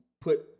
put